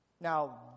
Now